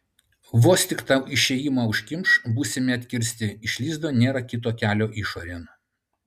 vos tik tą išėjimą užkimš būsime atkirsti iš lizdo nėra kito kelio išorėn